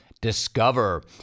Discover